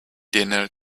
dinner